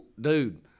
dude